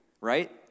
right